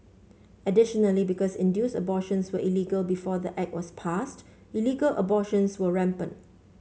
additionally because induced abortions were illegal before the Act was passed illegal abortions were rampant